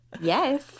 yes